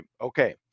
Okay